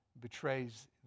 betrays